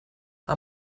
our